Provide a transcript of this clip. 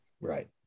Right